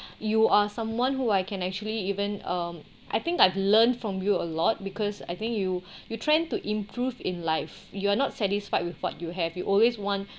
you are someone who I can actually even um I think I've learned from you a lot because I think you you trying to improve in life you are not satisfied with what you have you always want